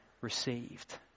received